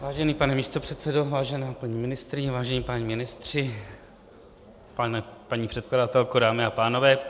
Vážený pane místopředsedo, vážená paní ministryně, vážení páni ministři, paní předkladatelko, dámy a pánové.